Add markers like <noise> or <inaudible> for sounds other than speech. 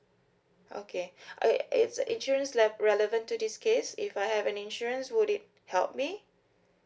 okay <breath> is is insurance rel~ relevant to this case if I have any insurance would it help me